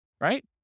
right